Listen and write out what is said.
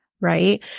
right